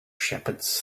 shepherds